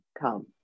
come